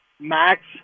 Max